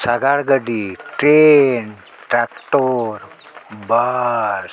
ᱥᱟᱜᱟᱲ ᱜᱟᱹᱰᱤ train tractor ᱵᱟᱥ